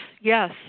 yes